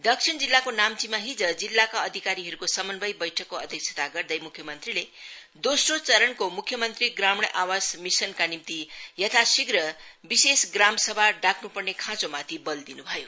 दक्षिण जिल्लाको नाम्चीमा हिज जिल्लाका अधिकारीहरूको समन्वय बैठकको अध्यक्षता गदैर् मुख्य मंत्रीले दोस्रो चरणको मुख्य मंत्रा ग्रामीण आवाश मिसनका निम्ति यथाशीघ्र विशेष ग्रामसभा डाक्न् पर्ने खाँचोमाथि बल दिन् भयो